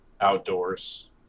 outdoors